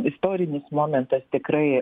istorinis momentas tikrai